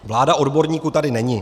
Vláda odborníků tady není.